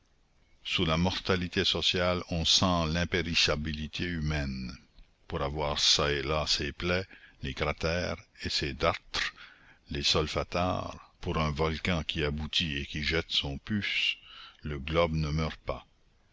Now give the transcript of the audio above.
sous la mortalité sociale on sent l'impérissabilité humaine pour avoir çà et là ces plaies les cratères et ces dartres les solfatares pour un volcan qui aboutit et qui jette son pus le globe ne meurt pas